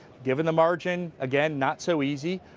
given the margin, again, not so easy.